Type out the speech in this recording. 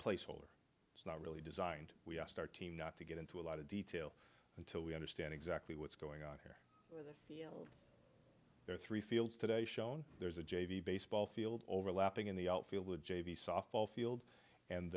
place holder it's not really designed we asked our team not to get into a lot of detail until we understand exactly what's going on here there are three fields today shown there's a j v baseball field overlapping in the outfield j v softball field and